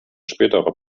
späterer